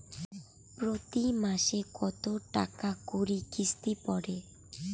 প্রতি মাসে কতো টাকা করি কিস্তি পরে?